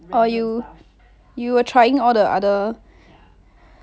oh you were trying all the other